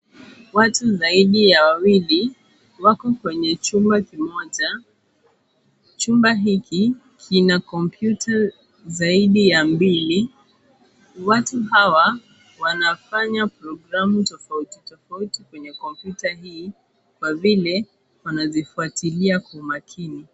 Watu zaidi ya wawili wako kwenye chumba kimoja. Chumba hiki kina kompyuta zaidi ya mbili. Watu hawa wanafanya programu tofautitofauti kwenye kompyuta hii kwa vile wanazifuatilia kwa makini.